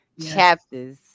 chapters